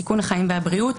סיכון חיים והבריאות,